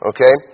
Okay